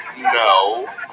No